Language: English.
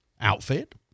outfit